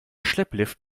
schlepplift